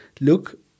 look